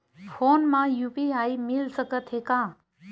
Phone मा UPI मिल सकत हे का?